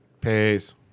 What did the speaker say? Peace